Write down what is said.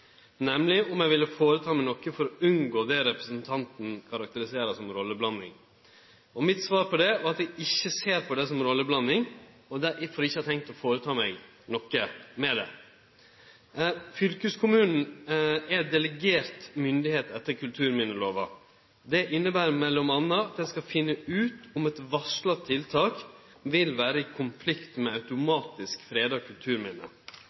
nemleg om eg ville gjere noko for å unngå det representanten karakteriserer som rolleblanding. Svaret mitt på det var at eg ikkje ser på det som ei rolleblanding, og derfor ikkje har tenkt å gjere noko meir. Fylkeskommunen er delegert myndigheit etter kulturminnelova. Det inneber m.a. at ein skal finne ut om eit varsla tiltak vil vere i konflikt med automatisk freda kulturminne.